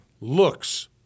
looks